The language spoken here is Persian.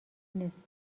نسبت